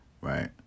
right